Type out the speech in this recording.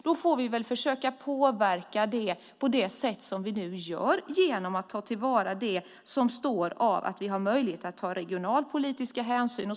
Då får vi väl försöka påverka det så som vi nu gör genom att ta till vara det som står om att vi har möjlighet att ta regionalpolitiska hänsyn.